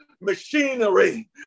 machinery